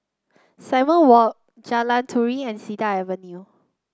Simon Walk Jalan Turi and Cedar Avenue